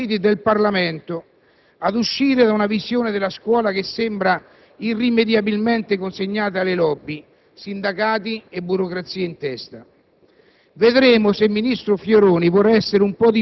Vedremo se riusciremo, con la politica dei partiti e del Parlamento, ad uscire da una visione della scuola che sembra irrimediabilmente consegnata alle *lobby*, sindacati e burocrazia in testa.